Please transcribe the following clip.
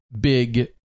big